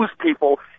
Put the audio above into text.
people